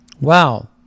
Wow